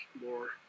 more